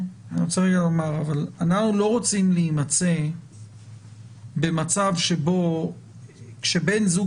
אנחנו לא רוצים להימצא במצב שבן זוג